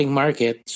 market